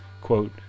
quote